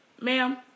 Ma'am